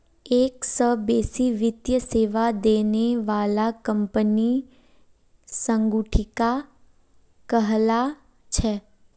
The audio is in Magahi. एक स बेसी वित्तीय सेवा देने बाला कंपनियां संगुटिका कहला छेक